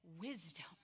wisdom